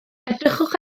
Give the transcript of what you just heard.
edrychwch